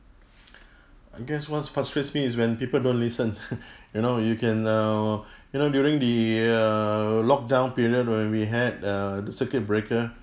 I guess what's frustrates me is when people don't listen you know you can err you know during the err lockdown period when we had err the circuit breaker